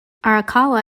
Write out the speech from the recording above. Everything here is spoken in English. arakawa